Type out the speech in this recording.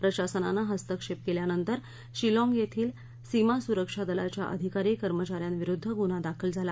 प्रशासनाने हस्तक्षेप केल्या नंतर शिलॉग येथील सीमा सुरक्षा दलाच्या अधिकारी कर्मचाऱ्यांविरुद्ध गुन्हा दाखल झाला